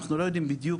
אנחנו לא יודעים בדיוק,